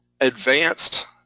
advanced